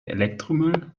elektromüll